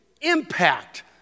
impact